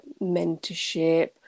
mentorship